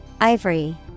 Ivory